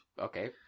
Okay